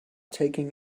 taking